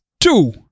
two